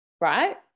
right